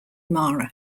mara